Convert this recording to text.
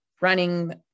Running